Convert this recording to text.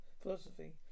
philosophy